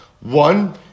One